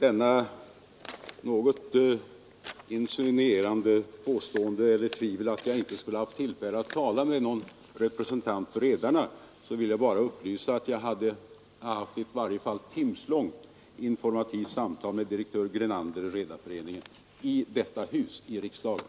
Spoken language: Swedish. Vad beträffar det något insinuanta tvivlet på att jag skulle haft tillfälle att tala med någon representant för redarna vill jag bara upplysa om att jag haft ett i timslångt samtal med direktör Grenander i Sveriges redareförening. Samtalet ägde rum här i detta hus, i riksdagen.